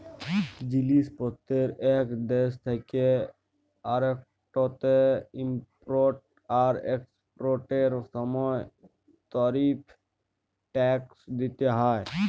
জিলিস পত্তের ইক দ্যাশ থ্যাকে আরেকটতে ইমপরট আর একসপরটের সময় তারিফ টেকস দ্যিতে হ্যয়